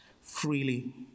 freely